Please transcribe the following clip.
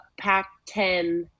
Pac-10